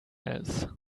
else